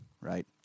Right